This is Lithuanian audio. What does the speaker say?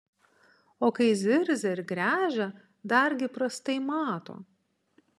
o kai zirzia ir gręžia dargi prastai mato